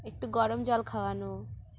একটু গরম জল খাওয়ানো